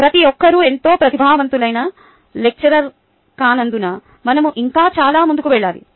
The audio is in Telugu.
ప్రతి ఒక్కరూ ఎంతో ప్రతిభావంతులైన లెక్చరర్ కానందున మనం ఇంకా చాలా ముందుకు వెళ్ళాలి